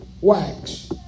wax